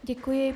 Děkuji.